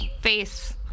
face